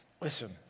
Listen